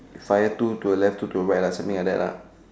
fire two to the left two to the right something like that lah